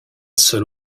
seul